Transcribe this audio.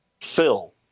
Phil